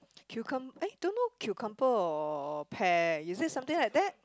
cucum~ eh don't know cucumber or pair is it something like that